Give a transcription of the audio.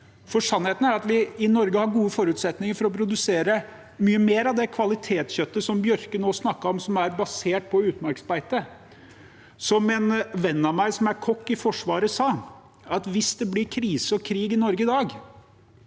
Sannheten er at vi i Norge har gode forutsetninger for å produsere mye mer av det kvalitetskjøttet som Bjørke nå snakket om, som er basert på utmarksbeite. En venn av meg som er kokk i Forsvaret, sa at hvis det blir krise og krig i Norge i dag,